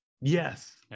Yes